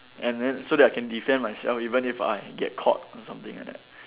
and then so that I can defend myself even if I get caught or something like that